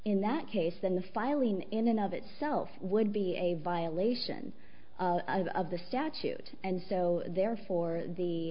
in that case then the filing in and of itself would be a violation of the statute and so therefore the